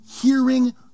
hearing